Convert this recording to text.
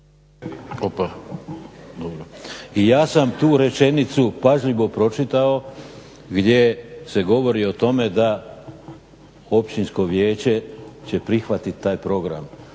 I ja sam tu rečenicu pažljivo pročitao gdje se govori o tome da općinsko vijeće će prihvatit taj program.